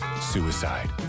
suicide